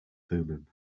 thummim